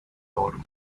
oro